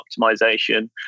optimization